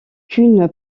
qu’une